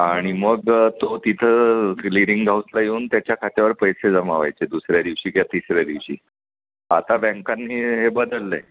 आणि मग तो तिथं क्लिरिंग हाऊसला येऊन त्याच्या खात्यावर पैसे जमावायचे दुसऱ्या दिवशी किंवा तिसऱ्या दिवशी आता बँकांनी हे बदललं आहे